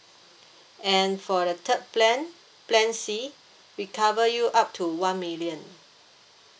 and for the third plan plan C we cover you up to one million